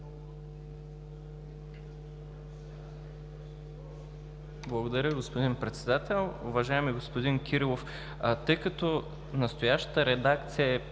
Благодаря, господин Председател! Уважаеми господин Кирилов, тъй като настоящата редакция е